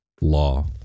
law